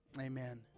Amen